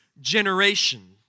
generation